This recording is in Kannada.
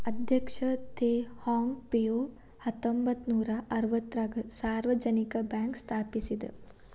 ಅಧ್ಯಕ್ಷ ತೆಹ್ ಹಾಂಗ್ ಪಿಯೋವ್ ಹತ್ತೊಂಬತ್ ನೂರಾ ಅರವತ್ತಾರಗ ಸಾರ್ವಜನಿಕ ಬ್ಯಾಂಕ್ ಸ್ಥಾಪಿಸಿದ